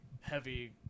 heavy